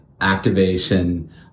activation